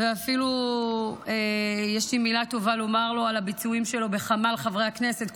ואפילו יש לי מילה טובה לומר לו על הביצועים שלו בחמ"ל חברי הכנסת,